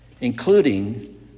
including